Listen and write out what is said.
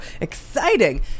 Exciting